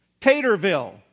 Taterville